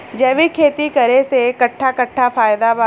जैविक खेती करे से कट्ठा कट्ठा फायदा बा?